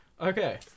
Okay